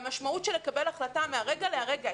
המשמעות של קבלת החלטה מן הרגע להרגע,